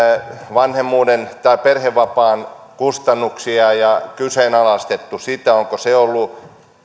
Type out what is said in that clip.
vanhemmuuden tai perhevapaan kustannuksia ja kyseenalaistettu sitä onko se ollut